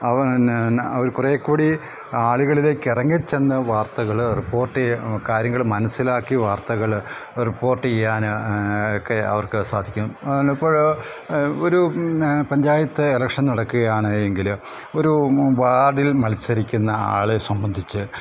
അവർ പിന്നെ അവർ കുറേക്കൂടി ആളുകളിലേക്ക് ഇറങ്ങിച്ചെന്ന് വാർത്തകൾ റിപ്പോർട്ട് ചെയ്ത് കാര്യങ്ങൾ മനസ്സിലാക്കി വാർത്തകൾ റിപ്പോർട്ട് ചെയ്യാൻ ഒക്കെ അവർക്ക് സാധിക്കും എന്നാൽ ഇപ്പോൾ ഒരു പഞ്ചായത്ത് എലക്ഷൻ നടക്കുകയാണ് എങ്കിൽ ഒരു വാർഡിൽ മത്സരിക്കുന്ന ആളെ സംബന്ധിച്ച്